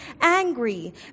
angry